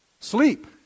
Sleep